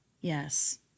Yes